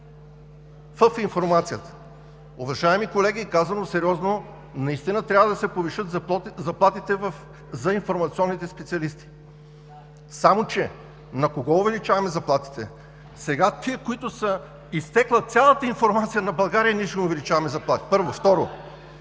в информацията! Уважаеми колеги, казано сериозно – наистина трябва да се повишат заплатите на информационните специалисти. Само че на кого увеличаваме заплатите? На тези, които са – изтекла цялата информация на България, ние ще им увеличаваме заплатите, първо!